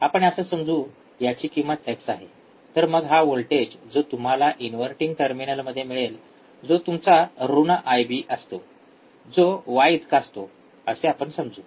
आपण असे समजू याची किंमत एक्स आहे तर मग हा व्होल्टेज जो तुम्हाला इनव्हर्टिंग टर्मिनलमध्ये मिळेल तो तुमचा ऋण आयबी असतो जो वाय इतका असतो असे आपण समजू